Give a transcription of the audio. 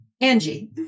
Angie